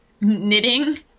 knitting